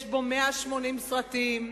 יש בו 180 סרטים,